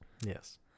Yes